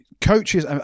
coaches